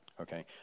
okay